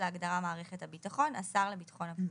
להגדרה "מערכת הביטחון" השר לביטחון הפנים.